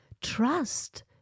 trust